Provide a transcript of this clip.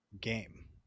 game